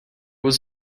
was